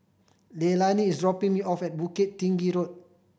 Leilani is dropping me off at Bukit Tinggi Road